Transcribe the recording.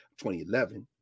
2011